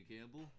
Campbell